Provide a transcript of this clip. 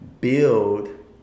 build